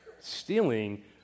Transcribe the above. Stealing